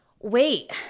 wait